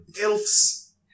elves